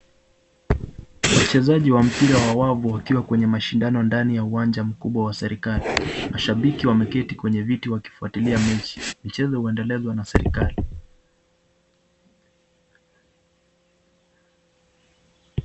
Wachezaji wa mpira wa wavu wakiwa kwenye mashindano ndani ya uwanja mkubwa wa serikali. Mashabiki wameketi kwenye viti wakifuatilia mechi. Michezo huendelezwa na serikali.